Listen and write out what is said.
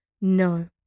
No